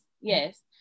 yes